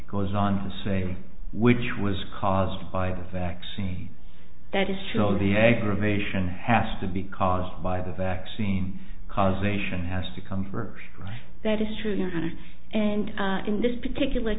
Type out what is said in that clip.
goes on to say which was caused by the vaccine that is show the aggravation has to be caused by the vaccine causation has to come for that is true and in this particular